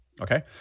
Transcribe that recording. Okay